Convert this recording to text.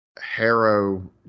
Harrow